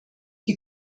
die